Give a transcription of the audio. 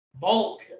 bulk